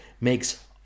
makes